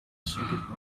circuit